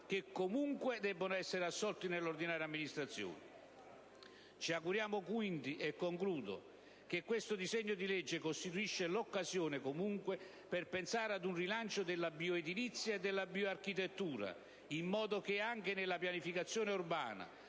che comunque debbono essere assolti nella ordinaria amministrazione. Ci auguriamo che il presente disegno di legge costituisca l'occasione comunque per pensare ad un rilancio della bioedilizia e della bioarchitettura, affinché anche nella pianificazione urbana